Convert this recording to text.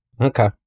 Okay